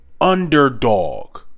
underdog